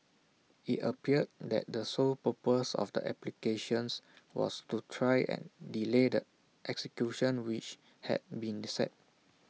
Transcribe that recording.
IT appeared that the sole purpose of the applications was to try and delay the execution which had been set